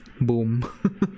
boom